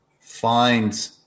find